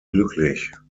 glücklich